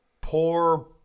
poor